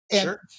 sure